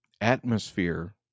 atmosphere